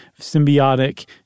symbiotic